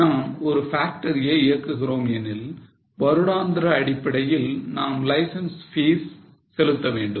நாம் ஒரு factory யை இயக்குகிறோம் எனில் வருடாந்திர அடிப்படையில் நாம் லைசன்ஸ் ப்பீஸ் செலுத்த வேண்டும்